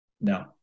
No